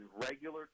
regular